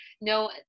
No